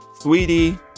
Sweetie